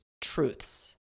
truths